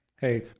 Hey